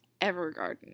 Evergarden